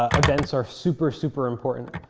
ah events are super, super important.